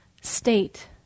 state